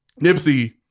Nipsey